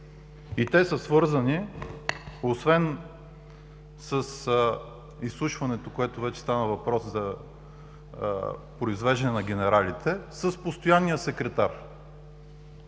Те са свързани освен с изслушването, в което вече стана въпрос за произвеждане на генералите, с постоянния секретар.